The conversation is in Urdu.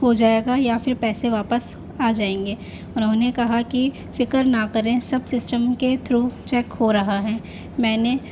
ہو جائے گا یا پھر پیسے واپس آ جائیں گے انہوں نے کہا کہ فکر نہ کریں سب سسٹم کے تھرو چیک ہو رہا ہے میں نے